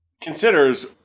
considers